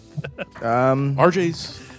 RJ's